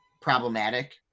problematic